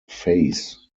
face